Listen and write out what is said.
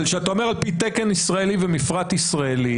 אבל כשאתה אומר על פי תקן ישראלי ומפרט ישראלי,